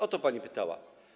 O to pani pytała.